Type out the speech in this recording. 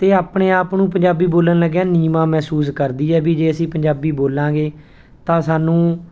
ਅਤੇ ਆਪਣੇ ਆਪ ਨੂੰ ਪੰਜਾਬੀ ਬੋਲਣ ਲੱਗਿਆ ਨੀਵਾਂ ਮਹਿਸੂਸ ਕਰਦੀ ਹੈ ਵੀ ਜੇ ਅਸੀਂ ਪੰਜਾਬੀ ਬੋਲਾਂਗੇ ਤਾਂ ਸਾਨੂੰ